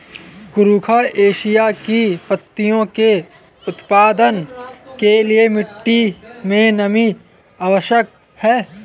कुरुख एशिया की पत्तियों के उत्पादन के लिए मिट्टी मे नमी आवश्यक है